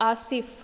Asif